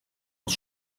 aus